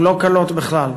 הן לא קלות בכלל.